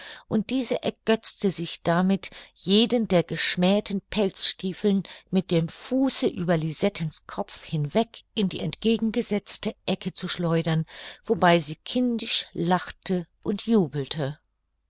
und diese ergötzte sich damit jeden der geschmäheten pelzstiefeln mit dem fuße über lisettens kopf hinweg in die entgegengesetzte ecke zu schleudern wobei sie kindisch lachte und jubelte